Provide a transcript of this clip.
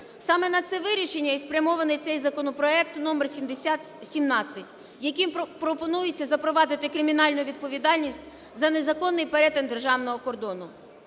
Саме на це вирішення і спрямований цей законопроект №7017, яким пропонується запровадити кримінальну відповідальність за незаконний перетин державного кордону.